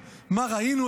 מה אנחנו רואים היום?